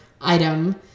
item